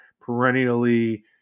perennially –